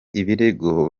ibirego